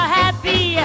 happy